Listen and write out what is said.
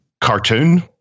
cartoon